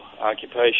occupation